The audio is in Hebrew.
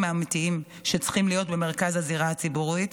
האמיתיים שצריכים להיות במרכז הזירה הציבורית,